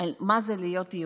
על מה זה להיות יהודי.